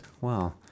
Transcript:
Wow